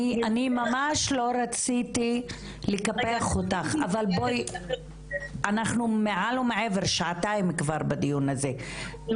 לא רציתי לקפח אותך אבל אנחנו כבר שעתיים בדיון הזה,